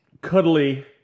cuddly